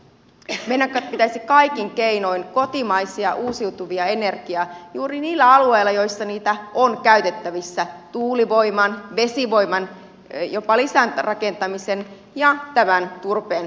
meidän pitäisi käyttää kaikin keinoin kotimaisia uusiutuvia energioita juuri niillä alueilla joissa niitä on käytettävissä tuulivoiman vesivoiman jopa sen lisärakentamisen ja tämän turpeen hyödyntämisen keinoin